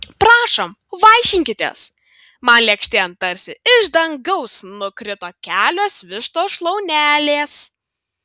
prašom vaišinkitės man lėkštėn tarsi iš dangaus nukrito kelios vištos šlaunelės